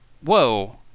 Whoa